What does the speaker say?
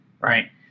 right